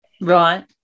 Right